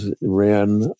ran